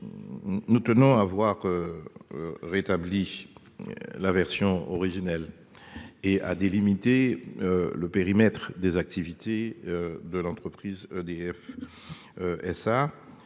Nous tenons à avoir. Rétabli. La version originelle et à délimiter. Le périmètre des activités. De l'entreprise EDF. SA.